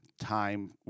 time